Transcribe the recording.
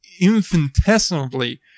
infinitesimally